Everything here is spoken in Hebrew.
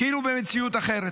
כאילו במציאות אחרת.